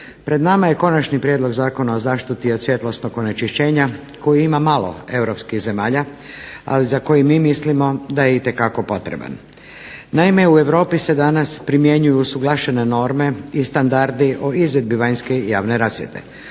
Pred nama je Konačni prijedlog zakona o zaštiti od svjetlosnog onečišćenja kojeg ima malo zemalja ali za koji mi mislimo da je itekako potreban. Naime, u Europi se danas primjenjuju usuglašene norme i standardi o izvedbi vanjske i javne rasvjete.